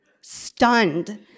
stunned